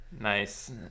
nice